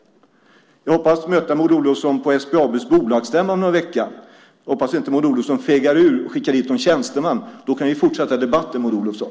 Jag hoppas på att möta Maud Olofsson på SBAB:s bolagsstämma om någon vecka. Jag hoppas alltså att Maud Olofsson inte fegar ur och skickar dit en tjänsteman eftersom vi där kan fortsätta debatten, Maud Olofsson!